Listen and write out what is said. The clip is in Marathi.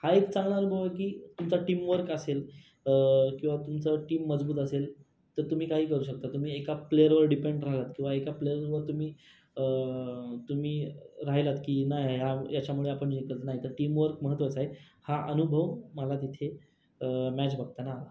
हा एक चांगला अनुभव आहे की तुमचा टीमवर्क असेल किंवा तुमचा टीम मजबूत असेल तर तुम्ही काही करू शकता तुम्ही एका प्लेअरवर डिपेंट राहात किंवा एका प्लेयरवर तुम्ही तुम्ही राहिलात की नाही या याच्यामुळेआपण जिंकत नाही तर टीमवर्क महत्त्वाचं आहे हा अनुभव मला तिथे मॅच बघताना आला